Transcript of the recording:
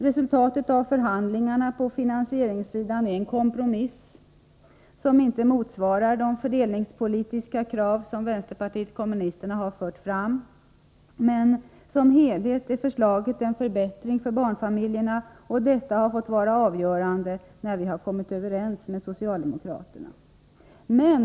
Resultatet av förhandlingarna på finansieringssidan är en kompromiss som inte motsvarar de fördelningspolitiska krav som vänsterpartiet kommunisterna framfört, men som helhet innebär förslaget en förbättring för barnfamiljerna. Detta har fått vara avgörande när vi kommit överens med socialdemokraterna.